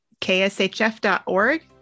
kshf.org